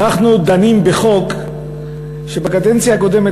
אנחנו דנים בחוק שבקדנציה הקודמת,